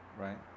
right